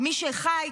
מי שחי,